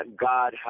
God